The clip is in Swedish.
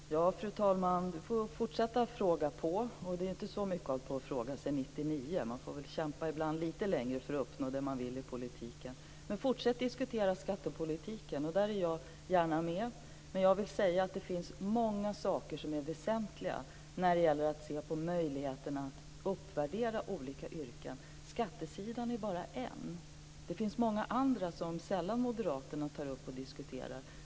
Fru talman! Frågeställaren får fortsätta att fråga. Det är inte så mycket att ha frågat sedan 1999; man får kämpa ibland lite längre för att uppnå det man vill i politiken. Men fortsätt att diskutera skattepolitiken, där är jag gärna med. Det finns många saker som är väsentliga när det gäller att se på möjligheterna att uppvärdera olika yrken. Skattesidan är bara en. Det finns många andra som sällan Moderaterna tar upp och diskuterar.